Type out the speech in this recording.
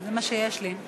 זה מה שיש לי.